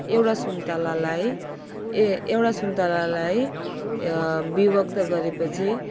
एउटा सुन्तलालाई ए एउटा सुन्तलालाई विभक्त गरेपछि